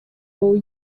wowe